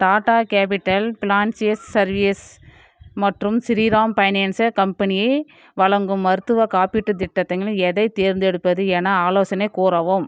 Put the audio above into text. tata capital financial services மற்றும் Shriram finance company வழங்கும் மருத்துவக் காப்பீட்டுத் திட்டத்துங்களின் எதை தேர்ந்தெடுப்பது என ஆலோசனை கூறவும்